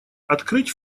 открыть